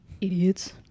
Idiots